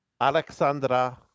Alexandra